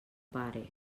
pare